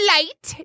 Light